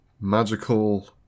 Magical